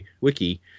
wiki